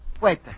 Wait